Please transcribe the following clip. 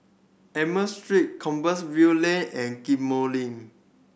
Amoy Street Compassvale Lane and Ghim Moh Link